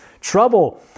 trouble